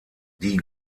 die